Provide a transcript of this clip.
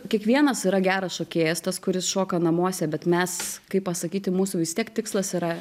kiekvienas yra geras šokėjas tas kuris šoka namuose bet mes kaip pasakyti mūsų vis tiek tikslas yra